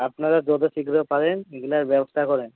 আপনারা যতো শীঘ্র পারেন এগুলার ব্যবস্থা করেন